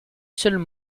seule